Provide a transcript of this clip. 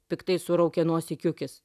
piktai suraukė nosį kiukis